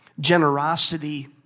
generosity